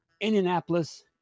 Indianapolis